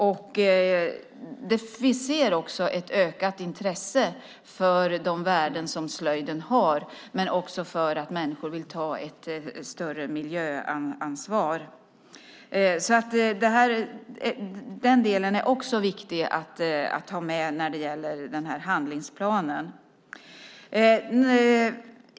Vi ser också ett ökat intresse för värden som slöjden har och också att människor vill ta ett större miljöansvar. Den delen är viktig att ta med när det gäller handlingsplanen.